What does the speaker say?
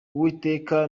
uwiteka